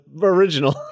original